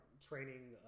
training